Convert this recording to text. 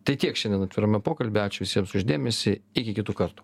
tai tiek šiandien atvirame pokalby ačiū visiems už dėmesį iki kitų kartų